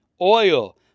oil